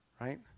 right